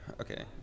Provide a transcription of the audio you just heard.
Okay